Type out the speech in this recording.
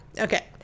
okay